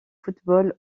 football